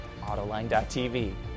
Autoline.TV